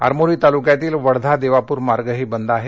आरमोरीतालुक्यातील वडधा देवापूर मार्गही बंद आहे